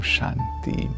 Shanti